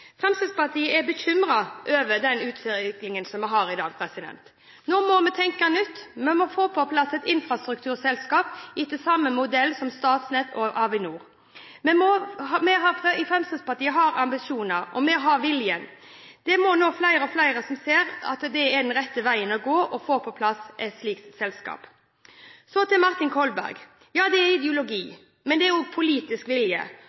Fremskrittspartiet er bekymret over utviklingen vi har i dag. Vi må tenke nytt. Vi må få på plass et infrastrukturselskap etter samme modell som Statnett og Avinor. Fremskrittspartiet har ambisjoner, og vi har vilje. Stadig flere ser nå at den rette veien å gå er å få på plass et slikt selskap. Jeg vil si til Martin Kolberg: Ja, det er ideologi, men det er også politisk vilje.